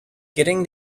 getting